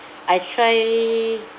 I try